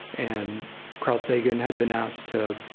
and carl sagan had been asked to